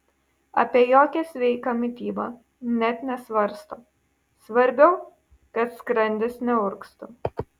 apie jokią sveiką mitybą net nesvarsto svarbiau kad skrandis neurgztų